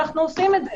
ואנחנו עושים את זה.